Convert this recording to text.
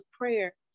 prayer